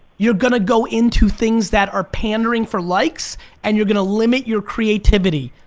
you're gonna go into things that are pandering for likes and you're gonna limit your creativity.